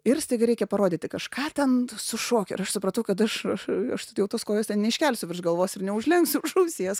ir staiga reikia parodyti kažką ten su šokiu ir aš supratau kad aš aš aš jau tos kojos ten neiškelsiu virš galvos ir neužlenksiu už ausies